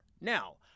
Now